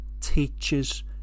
teachers